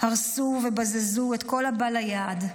הרסו ובזזו את כל הבא ליד.